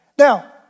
Now